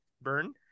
burn